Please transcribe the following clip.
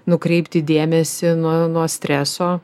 nukreipti dėmesį nu nuo streso